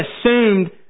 assumed